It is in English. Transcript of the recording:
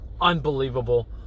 unbelievable